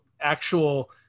actual